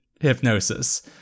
hypnosis